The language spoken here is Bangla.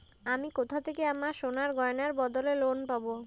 আমি কোথা থেকে আমার সোনার গয়নার বদলে লোন পাবো?